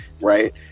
right